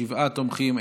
שבעה תומכים,